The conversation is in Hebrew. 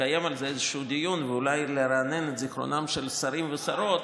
לקיים על זה איזשהו דיון ואולי לרענן את זיכרונם של שרים ושרות.